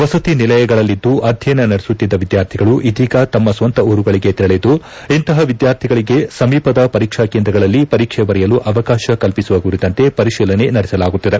ವಸತಿ ನಿಲಯಗಳಲ್ಲಿದ್ದು ಅಧ್ಯಯನ ನಡೆಸುತ್ತಿದ್ದ ವಿದ್ಯಾರ್ಥಿಗಳು ಇದೀಗ ತಮ್ಮ ಸ್ವಂತ ಊರುಗಳಿಗೆ ತೆರಳಿದ್ದು ಇಂತಹ ವಿದ್ವಾರ್ಥಿಗಳಿಗೆ ಸಮೀಪದ ಪರೀಕ್ಷಾ ಕೇಂದ್ರಗಳಲ್ಲಿ ಪರೀಕ್ಷೆ ಬರೆಯಲು ಅವಕಾತ ಕಲ್ಪಿಸುವ ಕುರಿತಂತೆ ಪರಿಶೀಲನೆ ನಡೆಸಲಾಗುತ್ತಿದೆ